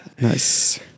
Nice